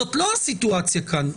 זאת לא הסיטואציה כאן.